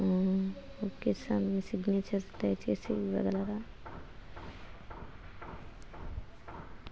ఓ okay sir మీ signature దయచేసి ఇవ్వగలరా